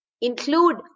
include